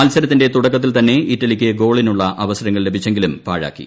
മത്സരത്തിന്റെ തുടക്കത്തിൽ തന്നെ ഇറ്റലിക്ക് ഗോളിനുള്ള അവസരങ്ങൾ ലഭിച്ചെങ്കിലും പാഴാക്കി